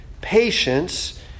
patience